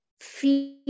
feel